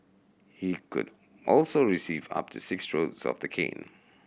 he could also receive up to six strokes of the cane